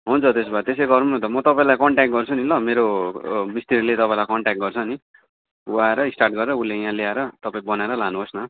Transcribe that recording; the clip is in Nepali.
हुन्छ त्यसो भए त्यसै गरौँ न त म तपाईँलाई कन्ट्याक्ट गर्छु नि ल मेरो ओ मिस्त्रीले तपाईँलाई कन्ट्याक्ट गर्छ नि ऊ आएर स्टार्ट गरेर उसले ल्याएर तपाईँ बनाएर लानुहोस् न